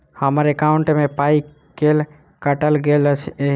हम्मर एकॉउन्ट मे पाई केल काटल गेल एहि